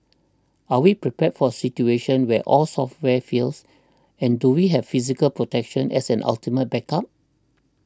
are we prepared for a situation where all software fails and do we have physical protection as an ultimate backup